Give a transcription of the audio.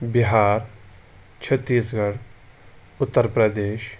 Bihar چھتیٖس Garh Uttar Pradesh